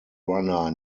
runner